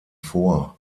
vor